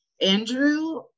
Andrew